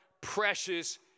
precious